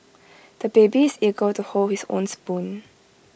the baby is eager to hold his own spoon